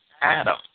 Adam